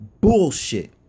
Bullshit